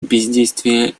бездействие